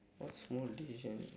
what small decision